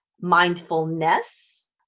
mindfulness